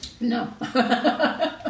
No